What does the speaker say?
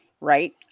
Right